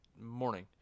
morning